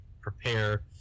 prepare